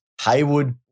Haywood